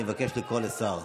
אני מבקש לקרוא לשר.